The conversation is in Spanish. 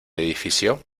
edificio